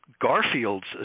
Garfield's